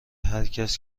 هرکس